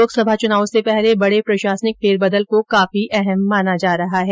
लोकसभा चुनाव से पहले बड़े प्रशासनिक फेरबदल को काफी अहम माना जा रहा है